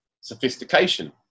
sophistication